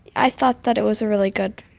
i thought that it was really good